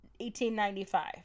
1895